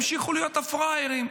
ואלה ימשיכו להיות הפראיירים,